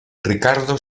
ricardo